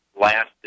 last